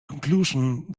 conclusion